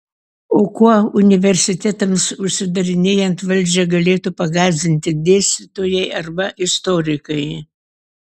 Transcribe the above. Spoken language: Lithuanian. o kuo universitetams užsidarinėjant valdžią galėtų pagąsdinti dėstytojai arba istorikai